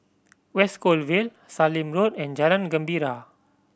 West Coast Vale Sallim Road and Jalan Gembira